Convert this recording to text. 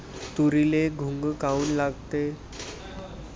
तुरीले घुंग काऊन लागते?